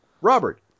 Robert